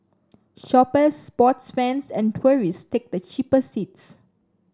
shoppers sports fans and tourists take the cheaper seats